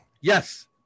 Yes